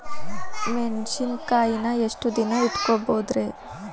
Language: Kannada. ಮೆಣಸಿನಕಾಯಿನಾ ಎಷ್ಟ ದಿನ ಇಟ್ಕೋಬೊದ್ರೇ?